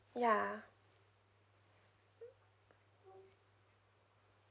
ya